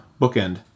bookend